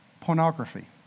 pornography